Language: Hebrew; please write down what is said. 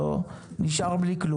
זה הכול.